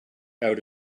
out